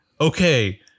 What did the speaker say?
okay